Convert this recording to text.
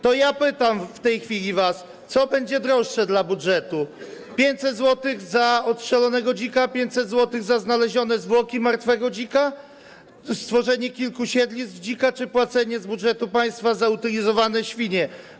To ja w tej chwili pytam was: Co będzie droższe dla budżetu - 500 zł za odstrzelonego dzika, 500 zł za znalezione zwłoki martwego dzika, stworzenie kilku siedlisk dzika czy płacenie z budżetu państwa za utylizowane świnie?